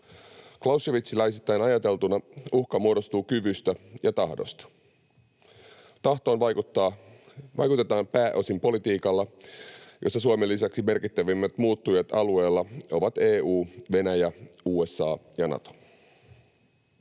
Clausewitziläisittain ajateltuna uhka muodostuu kyvystä ja tahdosta. Tahtoon vaikutetaan pääosin politiikalla, jossa Suomen lisäksi merkittävimmät muuttujat alueella ovat EU, Venäjä, USA ja Nato.